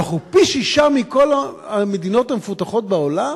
שאנחנו פי-שישה מכל המדינות המפותחות בעולם?